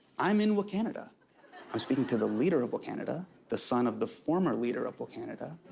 i'm in wakanada. i'm speaking to the leader of wakanada, the son of the former leader of wakanada,